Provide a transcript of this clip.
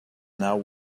now